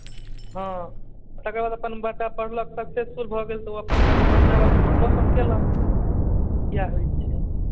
हँ तकर बाद अपन बच्चा पढ़लक तऽ तऽ ओ अपन माय बापके नाम रौशन केलक इएह होइ छै